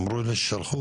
אמרו לי ששלחו,